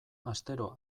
astero